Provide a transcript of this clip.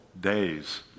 days